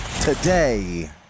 today